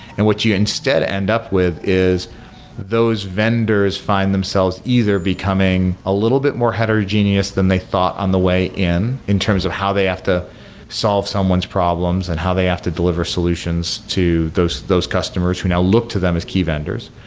and which you instead end up with is those vendors find themselves either becoming a little bit more heterogeneous than they thought on the way in in terms of how they have to solve someone's problems and how they have to deliver solutions to those those customers who now look to them as key vendors,